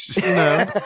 No